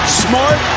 smart